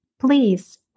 Please